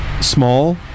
Small